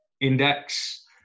index